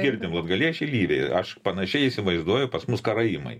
girdim latgaliečiai lyviai aš panašiai įsivaizduoju pas mus karaimai